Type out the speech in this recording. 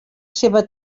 seva